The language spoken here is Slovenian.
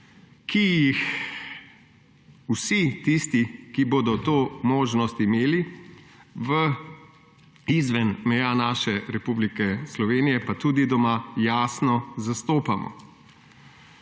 ki jih vsi tisti, ki bodo to možnost imeli, izven meja naše Republike Slovenije pa tudi doma jasno zastopamo.